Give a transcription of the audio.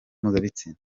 mpuzabitsina